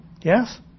yes